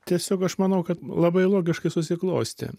tiesiog aš manau kad labai logiškai susiklostė